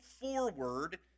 forward